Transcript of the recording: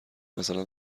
مثلا